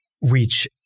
reach